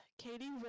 katie